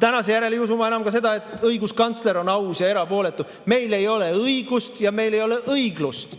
Tänase järel ei usu ma enam ka seda, et õiguskantsler on aus ja erapooletu. Meil ei ole õigust ja meil ei ole õiglust.